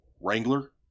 Wrangler